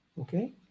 Okay